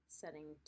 setting